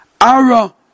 ara